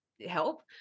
Help